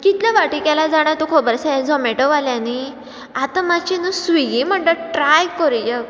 कितले फाटी केल्या जाणा तूं खबर आसा ह्या झोमेटोवाल्यांनी आतां मातशें न्हू स्विगी म्हणटा ट्राय करुया